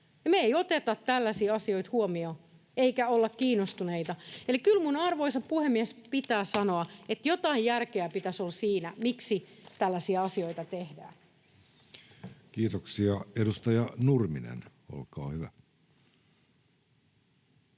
Me ei oteta tällaisia asioita huomioon eikä olla kiinnostuneita. Eli kyllä minun, arvoisa puhemies, pitää sanoa, että jotain järkeä pitäisi olla siinä, miksi tällaisia asioita tehdään. [Speech 227] Speaker: Jussi Halla-aho